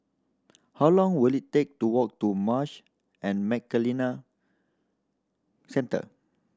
how long will it take to walk to Marsh and McLennan Centre